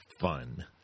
fun